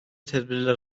tedbirler